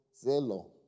zelo